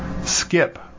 Skip